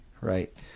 right